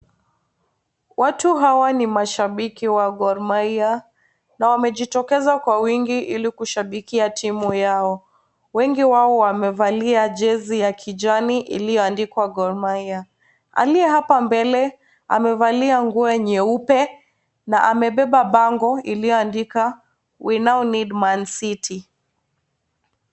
Watu hawa ni mashabiki wa Gor Mahia na wamejitokeza kwa wingi ili kushabikia timu yao. Wengi wao wamevalia jezi ya kijani iliyoandikwa Gor Mahia. Aliye hapa mbele amevalia nguo nyeupe na amebeba bango iliyoandika we now need man city .